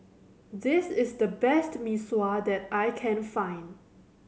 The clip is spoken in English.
this is the best Mee Sua that I can find